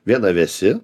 viena vėsi